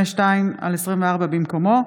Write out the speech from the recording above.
פ/2651/24 ופ/2652/24 במקומו.